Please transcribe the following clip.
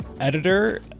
editor